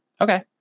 okay